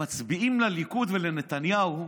שמצביעים לליכוד ולנתניהו,